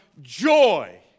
joy